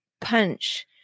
punch